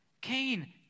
Cain